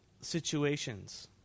situations